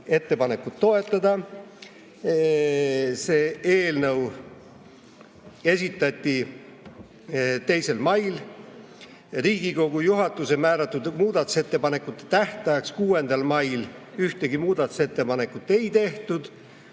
ettepanekut toetada. See eelnõu esitati 2. mail. Riigikogu juhatuse määratud muudatusettepanekute tähtajaks, 6. maiks ühtegi muudatusettepanekut ei tehtud